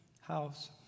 house